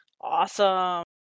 Awesome